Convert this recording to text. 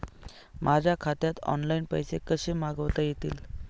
माझ्या खात्यात ऑनलाइन पैसे कसे मागवता येतील?